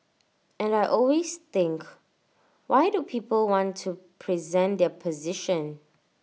and I always think why do people want to present their position